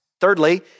Thirdly